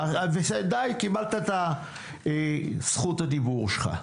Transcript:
די, קיבלת את זכות הדיבור שלך.